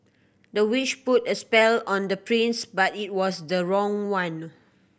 the witch put a spell on the prince but it was the wrong one